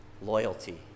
loyalty